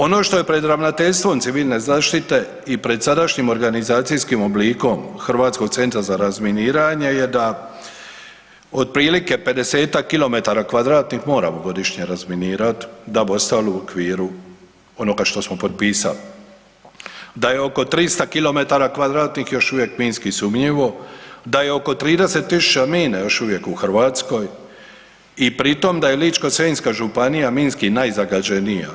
Ono što je pred Ravnateljstvom civilne zaštite i pred sadašnjim organizacijskim oblikom Hrvatskog centra za razminiranje je da otprilike 50-ak km2 moramo godišnje razminirati da bi ostali u okviru onoga što smo potpisali, da je oko 300 km2 još uvijek minski sumnjivo, da je oko 30.000 mina još uvijek u Hrvatskoj i pri tom da je Ličko-senjska županija minski najzagađenija.